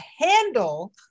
handle